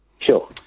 Sure